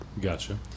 Gotcha